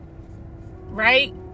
right